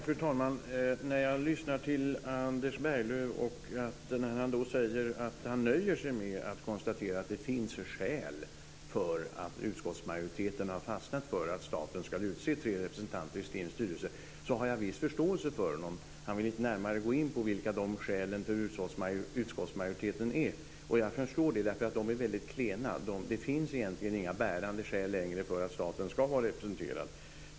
Fru talman! När jag lyssnar till Anders Berglöv och hör honom säga att han nöjer sig med att konstatera att det finns skäl för att utskottsmajoriteten har fastnat för att staten ska utse tre representanter i STIM:s styrelse har jag en viss förståelse för honom. Han vill inte närmare gå in på vilka utskottsmajoritetens skäl är. Jag förstår det, därför att de är mycket klena. Det finns egentligen inga bärande skäl längre för att staten ska vara representerad.